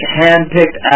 hand-picked